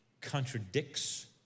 contradicts